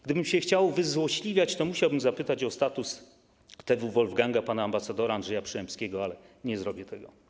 Gdybym chciał się wyzłośliwiać, to musiałbym zapytać o status TW ˝Wolfganga˝, pana ambasadora Andrzeja Przyłębskiego, ale nie zrobię tego.